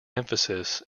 emphasis